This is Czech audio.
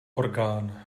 orgán